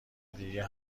دیگه